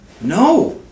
No